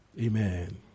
Amen